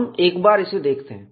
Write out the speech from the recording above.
हम एक बार इसे देखते हैं